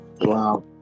Wow